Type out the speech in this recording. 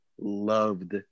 loved